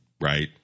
Right